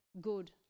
good